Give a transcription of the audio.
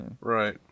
Right